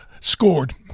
scored